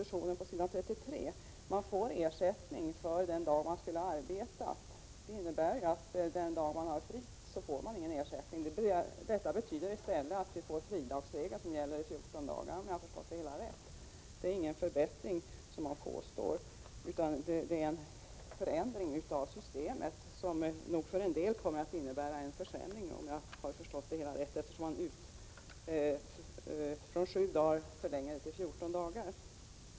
33, där det står att man får ersättning för den dag man skulle ha arbetat. Det innebär ju att man inte får någon ersättning för den dag man är ledig. Detta betyder att vi i stället får fridagsregler som gäller i 14 dagar, om jag har förstått det hela rätt. Det innebär ingen förbättring, vilket man påstår, utan det innebär en förändring av systemet som för en del kommer att innebära en försämring, eftersom man förlänger detta från 7 till 14 dagar.